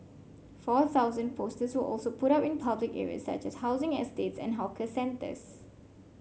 four thousand posters were also put up in public areas such as housing estates and hawker centres